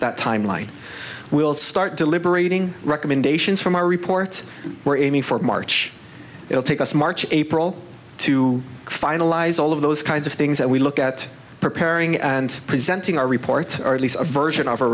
that timeline will start deliberating recommendations from our reports we're aiming for march it will take us in march april to finalize all of those kinds of things that we look at preparing and presenting our reports are at least a version of